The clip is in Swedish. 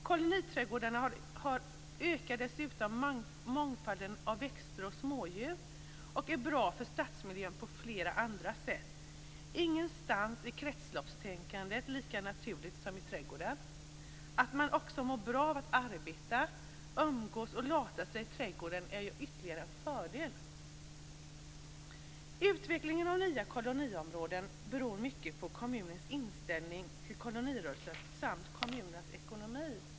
Koloniträdgårdarna ökar dessutom mångfalden av växter och smådjur och är bra för stadsmiljön på flera andra sätt. Ingenstans är kretsloppstänkandet lika naturligt som i trädgården. Att man också mår bra av att arbeta, umgås och lata sig i trädgården är ju ytterligare en fördel! Utvecklingen av nya koloniområden beror mycket på kommunernas inställning till kolonirörelsen samt kommunernas ekonomi.